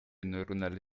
neuronale